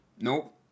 Nope